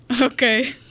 Okay